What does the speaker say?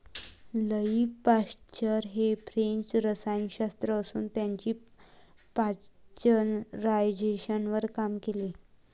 Louis Pasteur हे French रसायनशास्त्रज्ञ असून त्यांनी पाश्चरायझेशनवर काम केले